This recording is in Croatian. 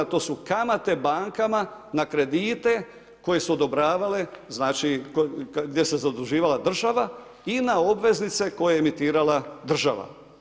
To su kamate bankama na kredite koje su odobravale, znači gdje se zaduživala država i na obveznice koje je emitirala država.